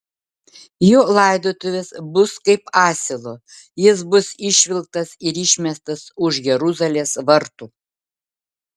jo laidotuvės bus kaip asilo jis bus išvilktas ir išmestas už jeruzalės vartų